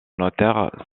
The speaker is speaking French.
notaire